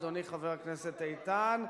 אדוני חבר הכנסת איתן,